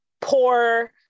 poor